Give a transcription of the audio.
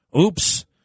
Oops